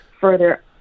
further